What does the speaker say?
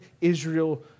Israel